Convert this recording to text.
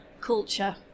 culture